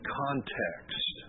context